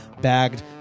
bagged